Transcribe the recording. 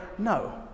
no